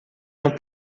não